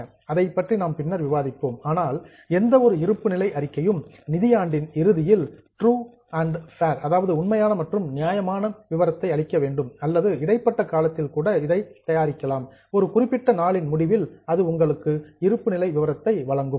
நாம் அதைப் பற்றி பின்னர் விவாதிப்போம் ஆனால் எந்த ஒரு இருப்புநிலை அறிக்கையும் நிதியாண்டின் இறுதியில் ட்ரூ அண்ட் ஃபேர் உண்மையான மற்றும் நியாயமான விவரத்தை அளிக்க வேண்டும் அல்லது இடைப்பட்ட காலத்தில் தயாரிக்கப்படும் ஒரு குறிப்பிட்ட நாளின் முடிவில் அது உங்களுக்கு இருப்புநிலை விவரத்தை வழங்கும்